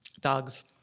Dogs